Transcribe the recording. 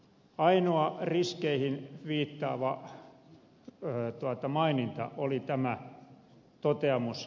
ainoa riskeihin viit taava maininta oli tämä toteamus